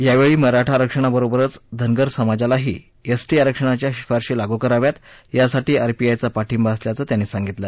यावेळी मराठा आरक्षणाबरोबर धनगर समाजालाही एसटी आरक्षणाच्या शिफारशी लागू कराव्यात यासाठी आरपीआयचा पाठिंबा असल्याचं त्यांनी सांगितलं